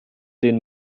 den